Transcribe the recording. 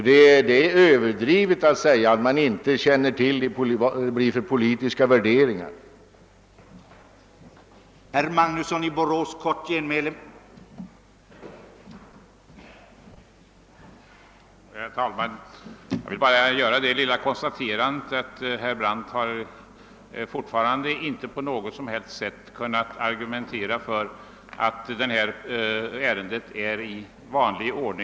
Det är därför överdrivet att säga att man inte känner till vilka de politiska värderingarna blir.